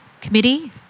committee